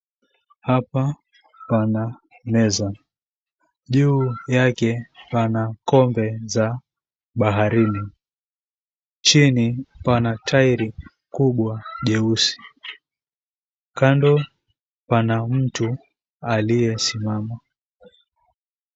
Hapa pana meza. Juu yake pana kombe za baharini. Chini pana tairi kubwa jeusi. Kando pana mtu aliyesimama.